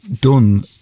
done